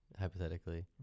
hypothetically